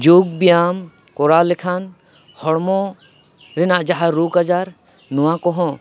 ᱡᱳᱜ ᱵᱮᱭᱟᱢ ᱠᱚᱨᱟᱣ ᱞᱮᱠᱷᱟᱱ ᱦᱚᱲᱢᱚ ᱨᱮᱱᱟᱜ ᱡᱟᱦᱟᱸ ᱨᱳᱜ ᱟᱡᱟᱨ ᱱᱚᱣᱟ ᱠᱚᱦᱚᱸ